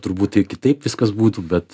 turbūt tai kitaip viskas būtų bet